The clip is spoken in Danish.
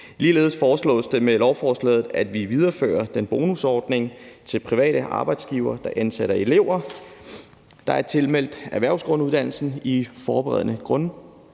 Ligeledes foreslås det med lovforslaget, at vi viderefører bonusordningen til private arbejdsgivere, der ansætter elever, der er tilmeldt erhvervsgrunduddannelsen i forberedende